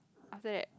after that